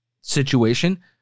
situation